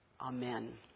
Amen